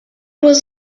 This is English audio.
was